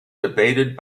debated